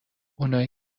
اونایی